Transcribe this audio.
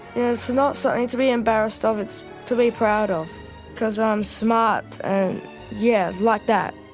it's not something to be embarrassed of, it's to be proud of because i'm smart yeah, like that.